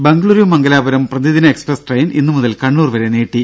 ദ്ദേ ബംഗളുരു മംഗലാപുരം പ്രതിദിന express train ഇന്ന് മുതൽ കണ്ണൂർ വരെ നീട്ടി